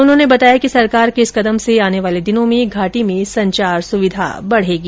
उन्होंने बताया कि सरकार के इस कदम से आने वाले दिनों में घाटी में संचार की सुविधा बढेगी